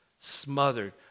smothered